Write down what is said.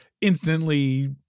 instantly